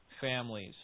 families